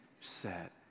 set